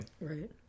Right